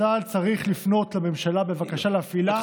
צה"ל צריך לפנות לממשלה בבקשה להפעילה,